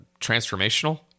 transformational